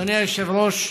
אדוני היושב-ראש,